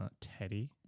Teddy